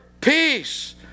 peace